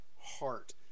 heart